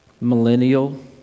millennial